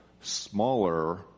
smaller